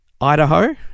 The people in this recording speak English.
Idaho